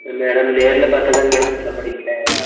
madam நேரில் பார்த்தாதாங்க madam சொல்லமுடியும்ங்ளே